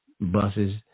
buses